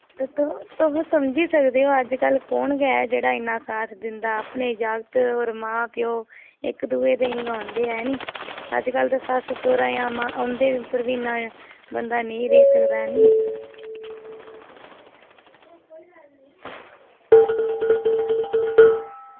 ते तुस समझी सकदे ओ की अज्जकल कु'न साथ दिंदा ऐ अपने जागत् ते मां प्यो इक्क दूऐ दे गै होंदे ऐ नी अज्जकल सस्स सौहरा जां उंदे उप्पर बी इन्ना बंदा नेईं रेही सकदा ऐ नी